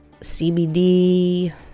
CBD